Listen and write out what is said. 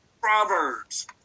Proverbs